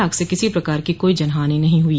आग से किसी प्रकार की कोई जनहानि नहीं हुई